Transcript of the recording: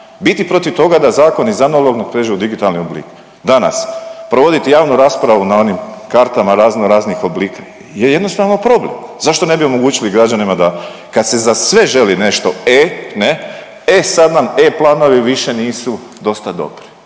biti protiv toga da zakon iz analognog pređe u digitalni oblik. Danas provoditi javnu raspravu na onim kartama razno raznih oblika je jednostavno problem, zašto ne bi omogućili građanima da kad se za sve želi nešto e ne, e sad nam e planovi više nisu dosta dobri